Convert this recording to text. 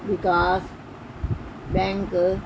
Vikas bank